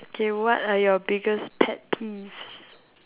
K what are your biggest pet peeves